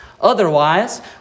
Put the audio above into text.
Otherwise